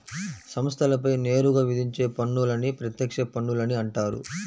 సంస్థలపై నేరుగా విధించే పన్నులని ప్రత్యక్ష పన్నులని అంటారు